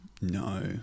no